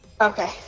Okay